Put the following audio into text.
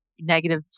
negative